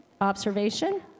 Observation